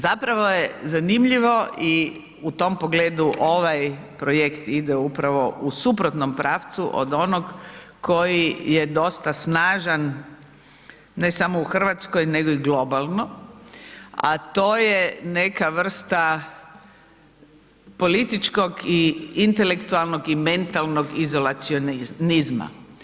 Zapravo je zanimljivo i u tom pogledu ovaj projekt ide upravo u suprotnom pravcu od onog koji je dosta snažan ne samo u Hrvatskoj nego i globalno a to je neka vrsta političkog i intelektualnog i mentalnog izacionalizma.